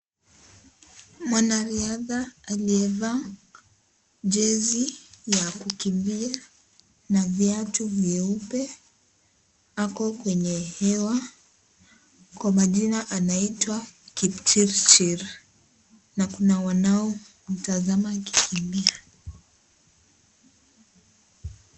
Mwanariadha aliyevaa jezi ya kukimbia na viatu vyeupe. Ako kwenye hewa, kwa majina anaitwa Kipchirchir na kuna wanaomtazama akikimbia.